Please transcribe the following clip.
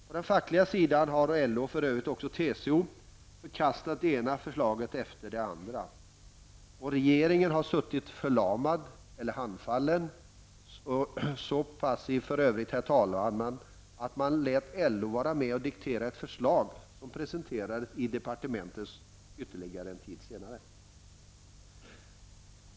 På den fackliga sidan har LO, och för övrigt också TCO, förkastat det ena förslaget efter det andra. Regeringen har suttit förlamad eller handfallen. Man har för övrigt varit så passiv, herr talman, att man lät LO vara med och diktera ett förslag som presenterades i departementen ytterligare en tid senare.